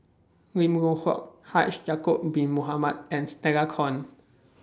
Lim Loh Huat Haji Ya'Acob Bin Mohamed and Stella Kon